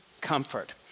comfort